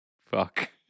Fuck